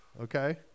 okay